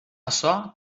açò